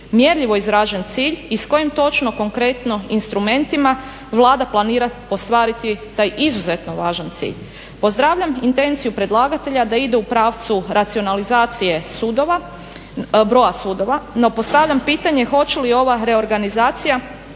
mjerljivo izražen cilj i s kojim točno konkretno instrumentima Vlada planira ostvariti taj izuzetno važan cilj? Pozdravljam intenciju predlagatelja da ide u pravcu racionalizacije broja sudova, no postavljam pitanje hoće li ova reorganizacija